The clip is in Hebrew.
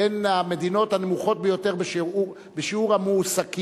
בין המדינות הנמוכות ביותר בשיעור המועסקים.